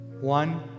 one